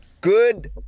Good